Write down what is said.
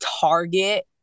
target